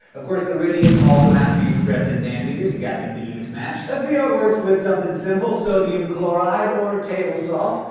of course, the radius also has to be expressed in nanometers you gotta make the units match. let's see how it works with something simple sodium chloride, or table salt.